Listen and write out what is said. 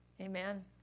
Amen